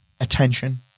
attention